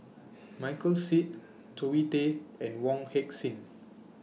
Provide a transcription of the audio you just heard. Michael Seet Zoe Tay and Wong Heck Sing